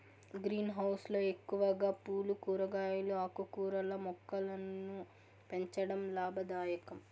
green house లో ఎక్కువగా పూలు, కూరగాయలు, ఆకుకూరల మొక్కలను పెంచడం లాభదాయకం